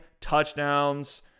touchdowns